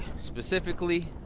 specifically